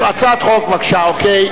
הצעת חוק, בבקשה.